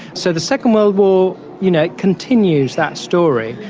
so the second world war, you know, continues that story.